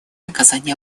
оказания